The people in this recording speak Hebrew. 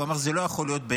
הוא אמר: זה לא יכול להיות.